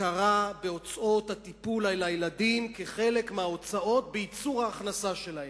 הכרה בהוצאות על הטיפול בילדים כחלק מההוצאות בייצור ההכנסה שלהן.